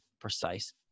precise